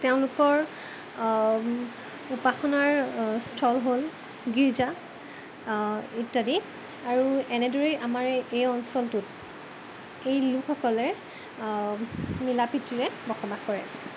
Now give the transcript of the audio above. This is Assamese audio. তেওঁলোকৰ উপাসনাৰ স্থল হ'ল গীৰ্জা ইত্যাদি আৰু এনেদৰেই আমাৰ এই এই অঞ্চলটোত এই লোকসকলে মিলা প্ৰীতিৰে বসবাস কৰে